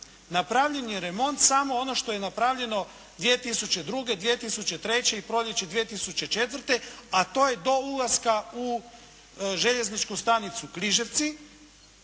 Napravljen je remont samo ono što je napravljeno 2002., 2003. i proljeće 2004., a to je do ulaska u Željezničku stanicu Križevci,